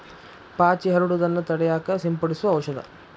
ಪಾಚಿ ಹರಡುದನ್ನ ತಡಿಯಾಕ ಸಿಂಪಡಿಸು ಔಷದ